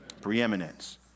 Preeminence